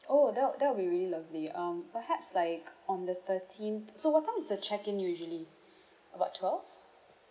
oh that'll that would be really lovely um perhaps like on the thirteenth so what time is the check in usually about twelve